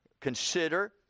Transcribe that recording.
consider